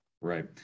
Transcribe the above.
Right